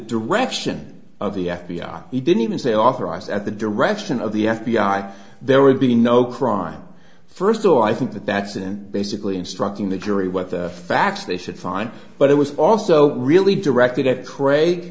direction of the f b i he didn't even say authorized at the direction of the f b i there would be no crime first of all i think that that's it and basically instructing the jury what the facts they should find but it was also really directed at craig